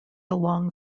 along